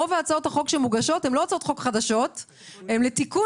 רוב הצעות החוק שמוגשות הן לא חדשות אלא לתיקון